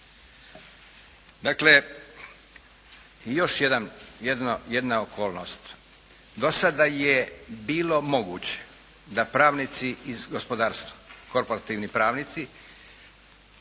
Dakle, i još jedna okolnost. Do sada je bilo moguće da pravnici iz gospodarstva, korporativni pravnici